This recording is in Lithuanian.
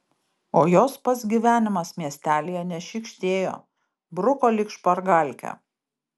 o jos pats gyvenimas miestelyje nešykštėjo bruko lyg špargalkę